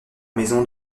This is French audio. maison